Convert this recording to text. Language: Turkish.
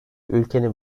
ülkenin